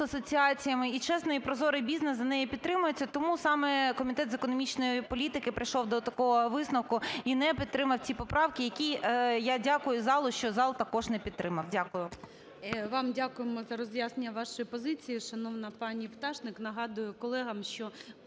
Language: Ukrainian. бізнес-асоціаціями, і чесний і прозорий бізнес за неї підтримується. Тому саме Комітет з економічної політики прийшов до такого висновку і не підтримав ці поправки, які, я дякую залу, що зал також не підтримав. Дякую. ГОЛОВУЮЧИЙ. Вам дякуємо за роз'яснення вашої позиції, шановна пані Пташник. Нагадую колегам, що